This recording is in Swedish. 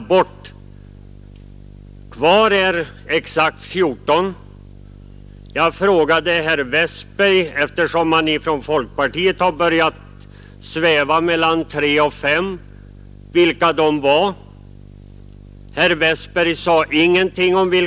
Kvar är 15. När det gäller betydelsen av ordet ”undantagsvis” har herr Westberg sagt att det kan översättas till något mellan tre och fem. Jag frågade herr Westberg i Ljusdal vilka dessa distrikt var, men han sade ingenting om det.